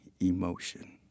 emotion